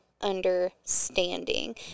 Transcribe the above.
understanding